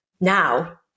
Now